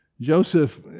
Joseph